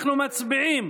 אנחנו מצביעים